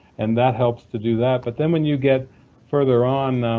and that helps to do that. but then when you get further on,